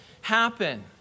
happen